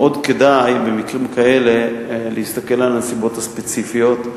במקרים כאלה מאוד כדאי להסתכל על הנסיבות הספציפיות.